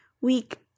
week